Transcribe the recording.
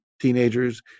teenagers